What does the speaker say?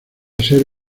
ser